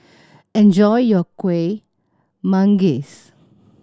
enjoy your Kueh Manggis